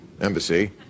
embassy